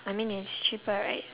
I mean it's cheaper right